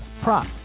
prop